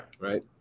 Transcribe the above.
Right